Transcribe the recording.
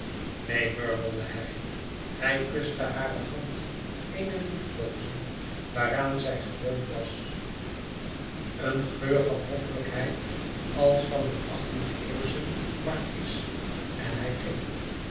neen murmelde hij hij kuste hare hand eene liefkoozing waaraan zij gewoon was een geur van hoffelijkheid als van een achttiend'eeuwschen markies en hij ging